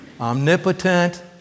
Omnipotent